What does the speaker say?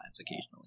occasionally